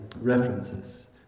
references